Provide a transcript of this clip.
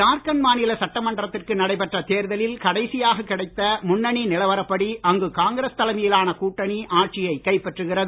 ஜார்கண்ட் மாநில சட்டமன்றத்திற்கு நடைபெற்ற தேர்தலில் கடைசியாக கிடைத்த முன்னணி நிலவரப்படி அங்கு காங்கிரஸ் தலைமையிலான கூட்டணி ஆட்சியை கைப்பற்றுகிறது